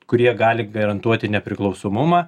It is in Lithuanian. kurie gali garantuoti nepriklausomumą